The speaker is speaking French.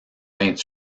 vingt